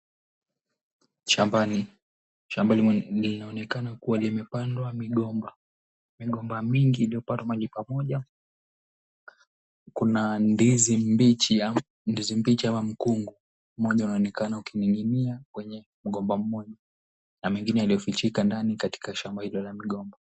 Shambani. Shamba linaonekana kuwa limepandwa migomba mingi iliyopandwa mahali pamoja. Kuna ndizi mbichi ama mkungu. Mmoja unaonekana ukininginia kwenye mgomba mmoja na mengine iliyofichika ndani katika shamba hilo la migomba.